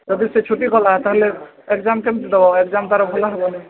ଯଦି ସେ ଛୁଟି କଲା ତା'ହେଲେ ଏଗ୍ଜାମ୍ କେମିତି ଦେବ ଏକଜାମ୍ ତା'ର ଭଲ ହେବନି